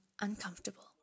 uncomfortable